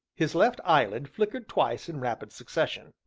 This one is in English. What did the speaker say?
his left eyelid flickered twice in rapid succession.